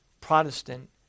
Protestant